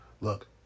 Look